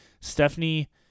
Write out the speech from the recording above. Stephanie